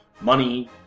money